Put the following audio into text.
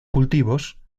cultivos